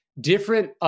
different